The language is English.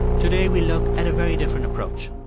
today, we look at a very different approach,